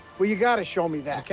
well, you gotta show me that. ok,